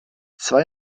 zwei